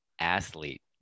athlete